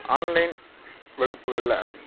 online வகுப்புகளில்